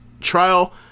trial